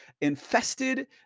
infested